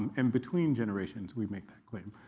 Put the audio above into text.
and between generations, we make that claim.